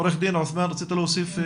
עורך דין עותמאן רצית להוסיף?